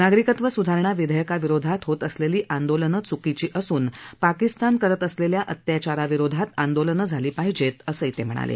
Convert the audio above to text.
नागरिकत्व स्धारणा विधेयकाविरोधात होत असलेली आंदोलनं च्कीची असून पाकिस्तान करत असलेल्या अत्याचाराविरोधात आंदोलन झाली पाहिजे असं ते म्हणाले